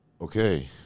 okay